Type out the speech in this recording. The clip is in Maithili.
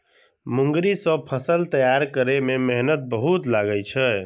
मूंगरी सं फसल तैयार करै मे मेहनतो बहुत लागै छै